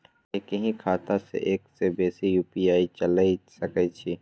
एक ही खाता सं एक से बेसी यु.पी.आई चलय सके छि?